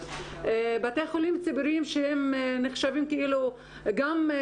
בתי חולים ציבוריים שהם נחשבים גם כפרטיים,